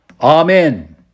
Amen